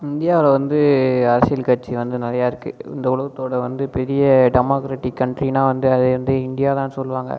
இந்தியாவில் வந்து அரசியல் கட்சி வந்து நிறையா இருக்கு இந்த உலகத்தோட வந்து பெரிய டெமாகிரிட்டிக் கன்ட்ரினா வந்து அது வந்து இண்டியா தான் சொல்லுவாங்க